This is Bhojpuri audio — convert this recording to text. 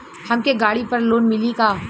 हमके गाड़ी पर लोन मिली का?